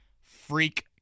freak